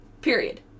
period